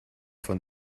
von